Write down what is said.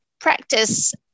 practice